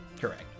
Correct